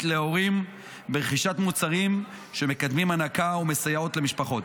להורים ברכישת מוצרים שמקדמים הנקה ומסייעים למשפחות.